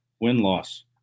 Win-loss